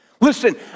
listen